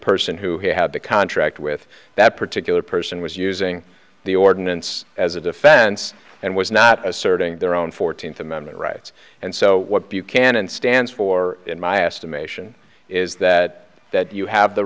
person who had the contract with that particular person was using the ordinance as a defense and was not asserting their own fourteenth amendment rights and so what buchanan stands for in my estimation is that that you have the